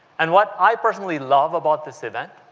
and what i personally love about this event